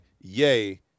yay